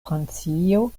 francio